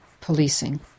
policing